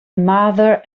mother